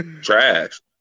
trash